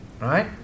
right